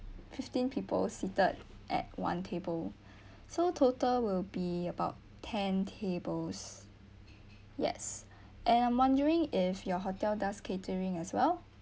fifteen people seated at one table so total will be about ten tables yes and I'm wondering if your hotel does catering as well